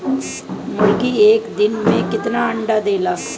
मुर्गी एक दिन मे कितना अंडा देला?